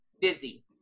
busy